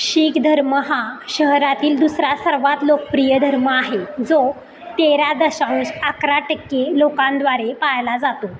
शीख धर्म हा शहरातील दुसरा सर्वात लोकप्रिय धर्म आहे जो तेरा दशांश अकरा टक्के लोकांद्वारे पाळला जातो